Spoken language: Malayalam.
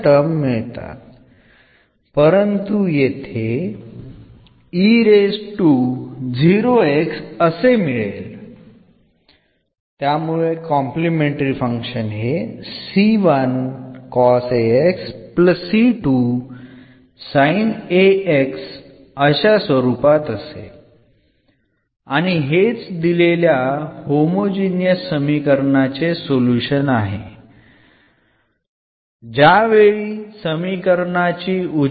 സമവാക്യത്തിന്റെ വലതുഭാഗം 0 ആയി സജ്ജമാക്കുമ്പോൾ ലഭിക്കുന്ന ഹോമോജീനിയസ് സമവാക്യത്തിൻറെ സൊലൂഷൻ ആണത്